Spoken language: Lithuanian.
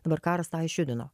dabar karas tą išjudino